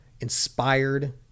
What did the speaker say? inspired